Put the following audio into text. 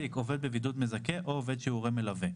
עובד בבידוד מזכה או עובד שהוא הורה מלווה".